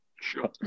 sure